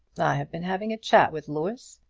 i have been having a chat with louis.